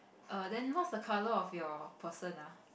err then what's the colour of your person ah